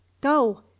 Go